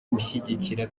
gushyigikira